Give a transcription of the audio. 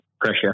pressure